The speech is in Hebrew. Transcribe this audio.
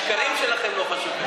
השקרים שלכם לא חשובים לי.